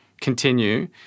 continue